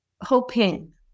hoping